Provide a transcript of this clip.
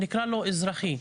נקרא לו אלמנט אזרחי,